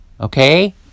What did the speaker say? Okay